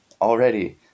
already